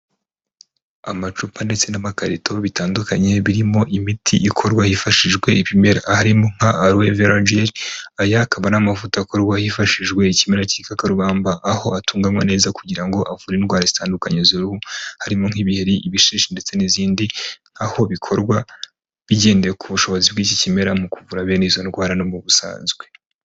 Amacupa ndetse n'amakarito bitandukanye birimo imiti ikorwa hifashishi ibimera harimo nka alvelgil aya akaba n'amavuta akorwa hifashishijwe ikimera igikakarubamba aho atunganywa neza kugira ngo avure indwara zitandukanye z'uruhu harimo nk'ibiheri ,ibishishi ndetse n'izindi, aho bikorwa bigendeye ku bushobozi bw'iki kimera mu kuvura bene izo ndwara no mu busanzwe.